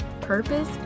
purpose